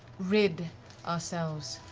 rid ourselves